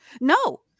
no